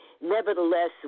Nevertheless